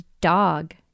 dog